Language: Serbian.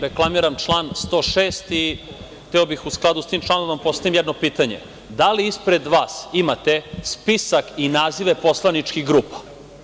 Reklamiram član 106. i hteo bih u skladu sa tim članom da vam postavim jedno pitanje - Da li ispred vas imate spisak i nazive poslaničkih grupa?